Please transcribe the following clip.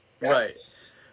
Right